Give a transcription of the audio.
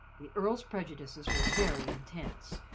the earl's prejudices were very intense.